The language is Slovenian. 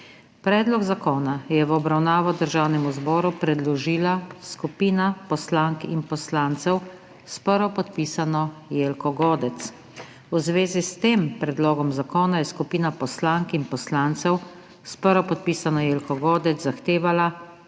Predlog zakona je v obravnavo Državnemu zboru predložila skupina poslank in poslancev s prvopodpisano Jelko Godec. V zvezi s tem predlogom zakona je skupina poslank in poslancev s prvopodpisano Jelko Godec zahtevala,